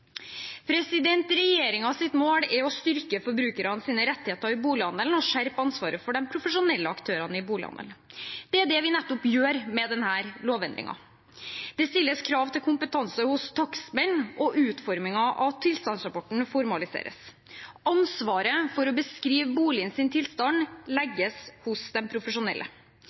mål er å styrke forbrukernes rettigheter i bolighandelen og skjerpe ansvaret for de profesjonelle aktørene. Det er nettopp det vi gjør med denne lovendringen. Det stilles krav til kompetanse hos takstmenn, og utformingen av tilstandsrapporten formaliseres. Ansvaret for å beskrive boligens tilstand legges hos den profesjonelle.